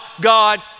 God